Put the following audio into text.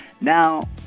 Now